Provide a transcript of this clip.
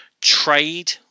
trade